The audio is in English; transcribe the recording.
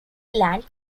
land